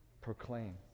proclaim